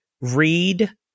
read